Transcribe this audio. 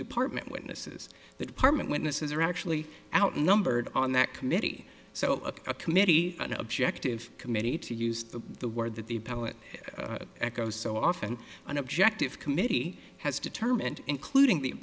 department witnesses the department witnesses are actually outnumbered on that committee so a committee an objective committee to use the word that the appellant echoes so often an objective committee has determined including the